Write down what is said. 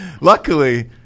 luckily